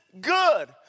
good